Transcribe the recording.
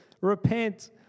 repent